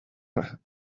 but